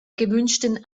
gewünschten